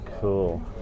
Cool